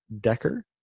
decker